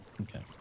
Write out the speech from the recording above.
Okay